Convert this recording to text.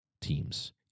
teams